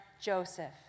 Joseph